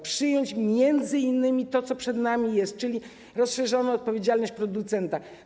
Przyjąć m.in. to, co przed nami jest, czyli rozszerzoną odpowiedzialność producenta.